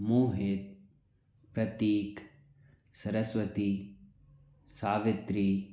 Mohit Pratik Saraswati Savitri